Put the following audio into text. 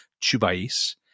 chubais